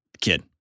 kid